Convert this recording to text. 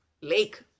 lake